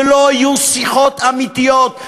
ולא יהיו שיחות אמיתיות,